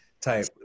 type